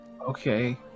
Okay